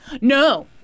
no